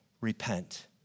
repent